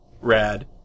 rad